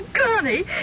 Connie